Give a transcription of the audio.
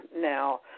now